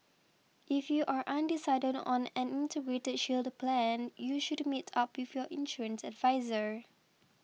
if you are undecided on an Integrated Shield Plan you should meet up with your insurance adviser